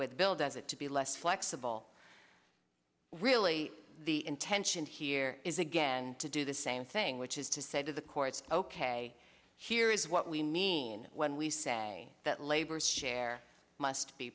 with bill does it to be less flexible really the intention here is again to do the same thing which is to say to the courts ok here is what we mean when we say that labor's share must be